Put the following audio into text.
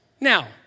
Now